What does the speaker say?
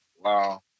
Wow